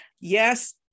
Yes